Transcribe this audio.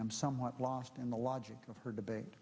am somewhat lost in the logic of her debate